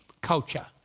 culture